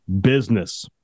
business